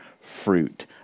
fruit